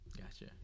gotcha